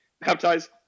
Baptize